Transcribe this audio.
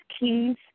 keys